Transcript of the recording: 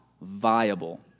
viable